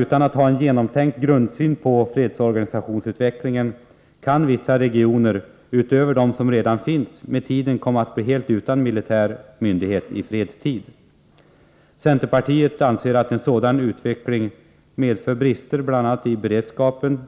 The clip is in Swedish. Utan en genomtänkt grundsyn på fredsorganisationsutvecklingen kan vissa regioner, utöver de som redan finns, med tiden komma att bli helt utan militär myndighet i fredstid. Centerpartiet anser att en sådan utveckling medför brister bl.a. i beredskapen